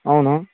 అవును